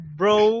bro